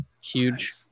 huge